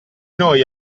noi